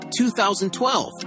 2012